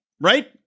right